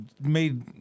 made